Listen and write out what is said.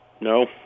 No